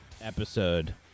episode